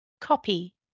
copy